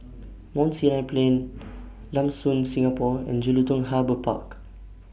Mount Sinai Plain Lam Soon Singapore and Jelutung Harbour Park